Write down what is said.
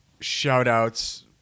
shout-outs